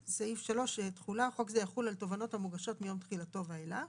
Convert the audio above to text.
3. חוק זה יחול על תובענות המוגשות מיום תחילתו ואילך.